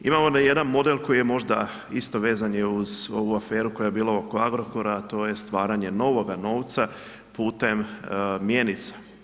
Imamo onda jedan model koji je možda isto vezan je uz ovu aferu koja je bila oko Agrokora, a to je stvaranje novoga novca putem mjenica.